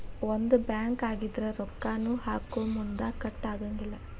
ಒಂದ ಬ್ಯಾಂಕ್ ಆಗಿದ್ರ ರೊಕ್ಕಾ ಹಾಕೊಮುನ್ದಾ ಕಟ್ ಆಗಂಗಿಲ್ಲಾ